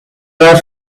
our